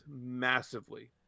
massively